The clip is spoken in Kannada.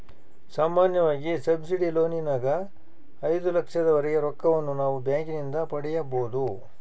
ಸಾಮಾನ್ಯವಾಗಿ ಸಬ್ಸಿಡಿ ಲೋನಿನಗ ಐದು ಲಕ್ಷದವರೆಗೆ ರೊಕ್ಕವನ್ನು ನಾವು ಬ್ಯಾಂಕಿನಿಂದ ಪಡೆಯಬೊದು